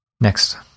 Next